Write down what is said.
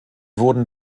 wurden